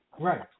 Right